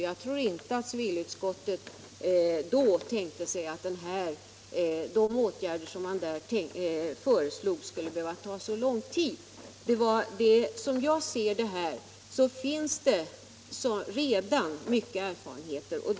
Jag tror inte att civilutskottet då tänkte sig att det skulle behöva ta så lång tid att genomföra de åtgärder som föreslogs. Som jag ser detta finns det redan många erfarenheter.